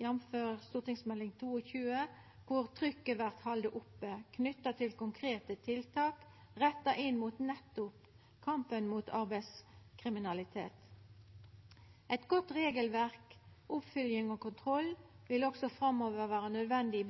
jf. Meld. St. 22 for 2018–2019, der trykket vert halde oppe knytt til konkrete tiltak som er retta inn mot nettopp kampen mot arbeidslivskriminalitet. Eit godt regelverk, oppfølging og kontroll vil også framover vera nødvendig